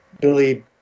Billy